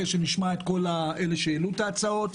אחרי שנשמע את כל אלה שהעלו את ההצעות,